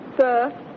Sir